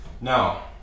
Now